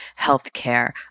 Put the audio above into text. healthcare